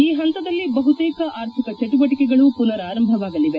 ಈ ಹಂತದಲ್ಲಿ ಬಹುತೇಕ ಆರ್ಥಿಕ ಚಟುವಟಿಕೆಗಳು ಪುನರಾರಂಭವಾಗಲಿದೆ